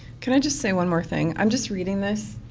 can i just say one more thing? i'm just reading this.